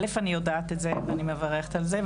אני יודעת את זה ואני מברכת על זה,